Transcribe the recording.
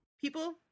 People